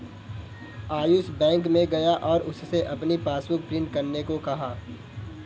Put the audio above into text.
Ayush bank में गया और उससे अपनी पासबुक प्रिंट करने को कहा